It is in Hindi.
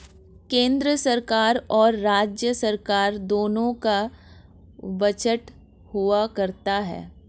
केन्द्र सरकार और राज्य सरकार दोनों का बजट हुआ करता है